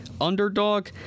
underdog